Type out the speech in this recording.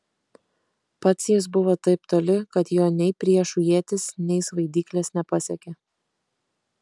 pats jis buvo taip toli kad jo nei priešų ietys nei svaidyklės nepasiekė